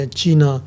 China